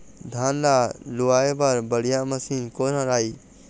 धान ला लुआय बर बढ़िया मशीन कोन हर आइ?